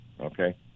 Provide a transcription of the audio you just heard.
okay